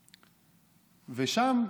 ושם,